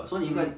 um